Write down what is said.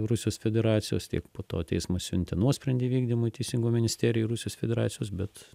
rusijos federacijos tiek po to teismas siuntė nuosprendį vykdymui teisingumo ministerijai rusijos federacijos bet